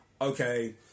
okay